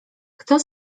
kto